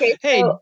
hey